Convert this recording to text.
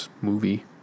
movie